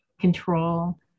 control